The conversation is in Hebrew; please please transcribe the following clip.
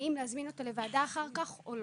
האם להזמין אותם לוועדה אחר כך או לא.